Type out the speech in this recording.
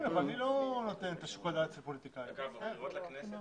בבחירות לכנסת